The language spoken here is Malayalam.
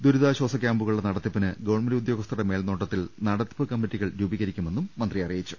ദുരിതാശ്ചാസ ക്യാമ്പുകളുടെ നട ട ത്തിപ്പിന് ഗവൺമെന്റ് ഉദ്യോഗസ്ഥരുടെ മേൽനോട്ടത്തിൽ നടത്തിപ്പ് കമ്മിറ്റികൾ രൂപീകരിക്കുമെന്നും മന്ത്രി അറിയിച്ചു